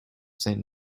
saint